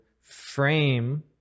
frame